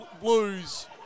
blues